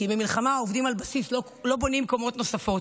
כי במלחמה עובדים על בסיס, לא בונים קומות נוספות.